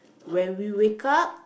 when we wake up